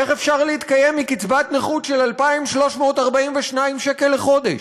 איך אפשר להתקיים מקצבת נכות של 2,342 שקלים לחודש?